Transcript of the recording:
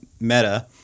Meta